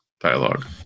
dialogue